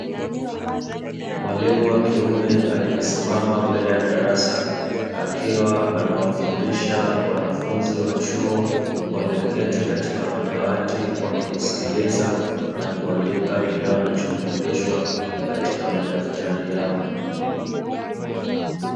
Mwalimu wa kiume aliyesimama mbele ya darasa akiwa anawafundisha wanafunzi wa chuo walioketi katika madawati, wakimsikiliza na kuandika kile wanachofundishwa katika madaftari yao.